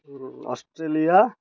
Australia